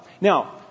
Now